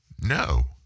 no